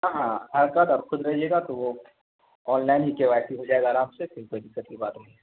ہاں آدھار کارڈ اور خود رہیے گا تو وہ آن لائن ہی کے وائی سی ہو جائے گا آرام سے کوئی دقت کی بات نہیں ہے